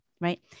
Right